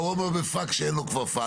ההוא אומר: בפקס כשאין לו כבר פקס.